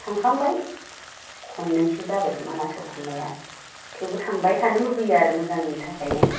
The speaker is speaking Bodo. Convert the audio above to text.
थांखांबाय खननैसो जाबाय मानासाव थांनाया थेवबो थांबाय थानो लुबैयो आरो मोजांनि थाखायनो